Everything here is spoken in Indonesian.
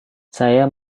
saya